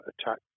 attack